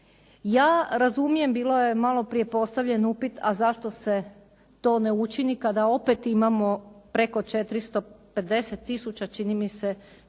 Ja razumijem, bilo je malo prije postavljen upit, a zašto se to ne učini kada opet imamo preko 450000 čini mi se prekovremenih